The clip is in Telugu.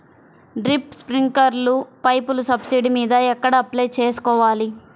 డ్రిప్, స్ప్రింకర్లు పైపులు సబ్సిడీ మీద ఎక్కడ అప్లై చేసుకోవాలి?